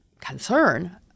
concern